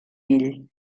ell